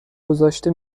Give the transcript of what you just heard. گذاشته